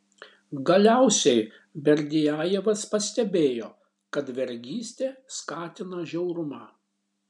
galiausiai berdiajevas pastebėjo kad vergystė skatina žiaurumą